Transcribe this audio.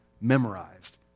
memorized